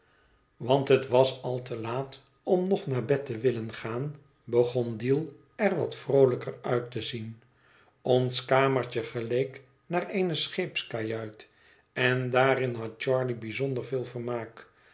want het was al te laat om nog naar bed te willen gaan begon deal er wat vroolijker uit te zien ons kamertje geleek naar eene scheepskajuit en daarin had gharley bijzonder veel vermaak